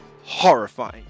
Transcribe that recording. horrifying